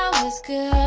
was good,